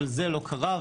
אבל זה לא קרה.